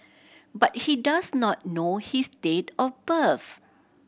but he does not know his date of birth